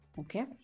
Okay